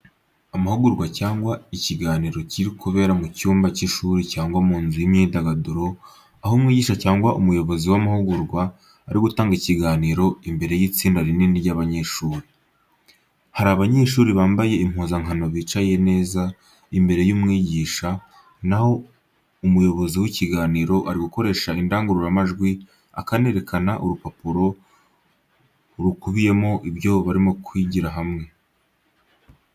Amahugurwa cyangwa ikiganiro kiri kubera mu cyumba cy’ishuri cyangwa inzu y’imyidagaduro aho umwigisha cyangwa umuyobozi w’amahugurwa ari gutanga ikiganiro imbere y’itsinda rinini ry’abanyeshuri. Hari abanyeshuri bambaye impuzankano bicaye neza imbere y’umwigisha, naho umuyobozi w’ikiganiro ari gukoresha indangururamajwi akanerekana urupapuro rukubiyemo ibyo barimo kwigira hamwe.